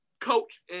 Coach